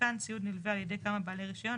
הותקן ציוד נלווה על ידי כמה בעלי רישיון,